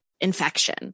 infection